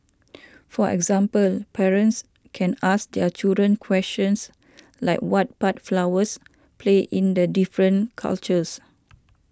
for example parents can ask their children questions like what part flowers play in the different cultures